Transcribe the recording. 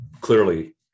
clearly